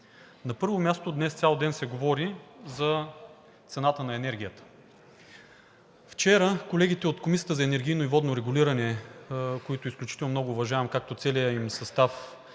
На първо място, днес цял ден се говори за цената на енергията. Вчера колегите от Комисията за енергийно и водно регулиране, които изключително много уважавам – както целия им състав